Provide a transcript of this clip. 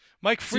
Mike